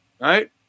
Right